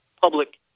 public